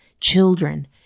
children